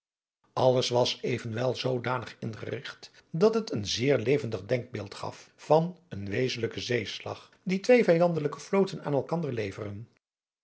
alles was evenwel zoodanig ingerigt dat het een zeer levendig denkbeeld gaf van een wezenlijken zeeslag dien twee vijandelijke vloten aan elkander leveren